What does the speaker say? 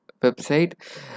website